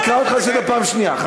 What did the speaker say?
אני אקרא אותך לסדר פעם שנייה.